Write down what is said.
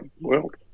world